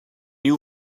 you